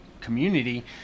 community